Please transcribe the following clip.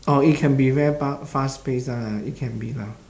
oh it can be very fa~ fast pace one ah it can be lah